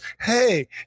hey